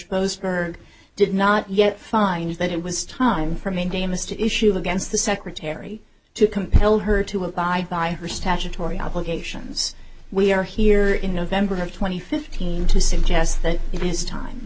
posner did not yet find that it was time for maine damus to issue against the secretary to compel her to abide by her statutory obligations we are here in november twenty fifteen to suggest that it is time